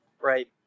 Right